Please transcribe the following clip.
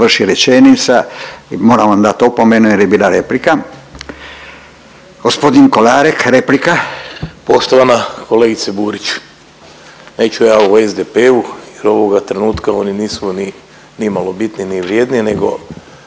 dovrši rečenica i moram vam dat opomenu jer je bila replika. Gospodin Kolarek replika. **Kolarek, Ljubomir (HDZ)** Poštovana kolegice Burić, neću ja o SDP-u jer ovoga trenutka oni nisu ni nimalo bitni ni vrijedni nego